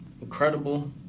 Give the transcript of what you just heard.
incredible